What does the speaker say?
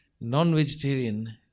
non-vegetarian